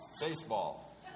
baseball